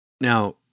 Now